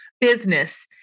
business